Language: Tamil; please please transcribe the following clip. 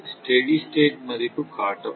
ஸ்டெடி ஸ்டேட் மதிப்பு காட்டப்படும்